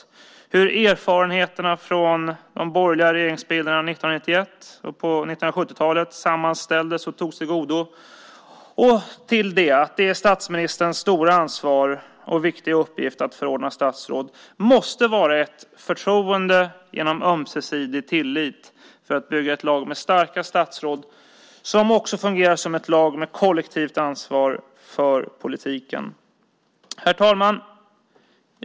Han redogjorde för hur erfarenheterna från de borgerliga regeringsbildningarna 1991 och på 1970-talet sammanställdes och togs till vara. Till det, att det är statsministerns stora ansvar och viktiga uppgift att förordna statsråd, måste det kopplas ett förtroende genom ömsesidig tillit för att bygga ett lag med starka statsråd som också fungerar som ett lag med kollektivt ansvar för politiken. Herr talman!